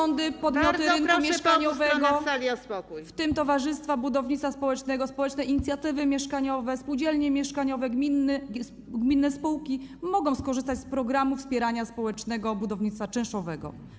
Samorządy, podmioty rynku mieszkaniowego, w tym towarzystwa budownictwa społecznego, społeczne inicjatywy mieszkaniowe, spółdzielnie mieszkaniowe, gminne spółki mogą skorzystać z programu wspierania społecznego budownictwa czynszowego.